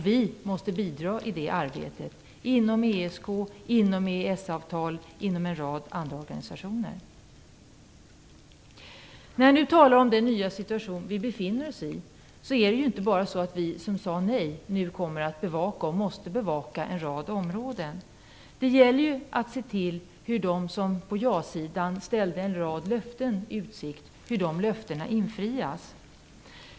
Vi måste bidra i det arbetet - inom ESK, inom en rad andra organisationer och inom EES-avtalets ram. Den nya situation som vi befinner oss i innebär inte bara att vi som sade nej nu kommer att - och måste - bevaka en rad områden. Det gäller också att bevaka hur de löften som utställdes från ja-sidan infrias.